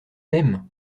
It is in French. aiment